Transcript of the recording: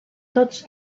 tots